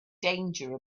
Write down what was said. danger